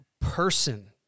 person